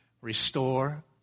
Restore